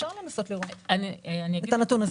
אפשר לנסות לראות את הנתון הזה.